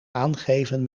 aangeven